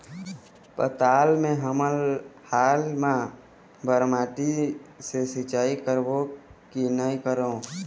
पताल मे हमन हाल मा बर माटी से सिचाई करबो की नई करों?